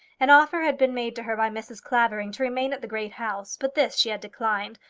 an offer had been made to her by mrs. clavering to remain at the great house, but this she had declined,